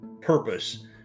purpose